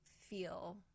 feel